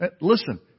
Listen